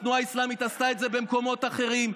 התנועה האסלאמית עשתה את זה במקומות אחרים,